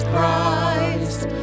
Christ